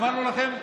אמרנו לכם,